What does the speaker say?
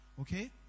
Okay